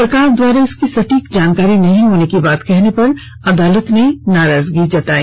सेरकार द्वारा इसकी सटीक जानकारी नहीं होने की बात कहने पर अदालत ने नाराजगी जताई